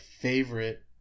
favorite